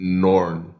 norn